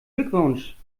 glückwunsch